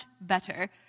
better